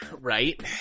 right